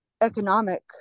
economic